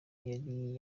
yari